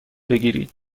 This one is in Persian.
بگیرید